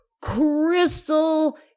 crystal